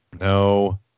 No